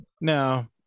no